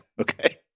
Okay